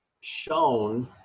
shown